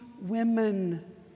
women